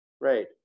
right